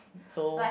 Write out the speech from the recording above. so